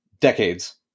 decades